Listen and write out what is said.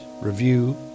review